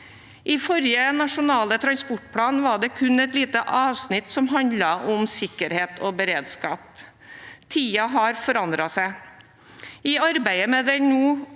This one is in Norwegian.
I forrige nasjonale transportplan var det kun et lite avsnitt som handlet om sikkerhet og beredskap. Tidene har forandret seg. I arbeidet med den